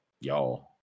y'all